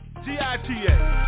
G-I-T-A